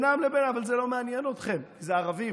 אבל זה לא מעניין אתכם, כי אלה ערבים.